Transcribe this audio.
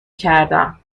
کردم